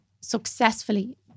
successfully